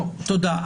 תודה.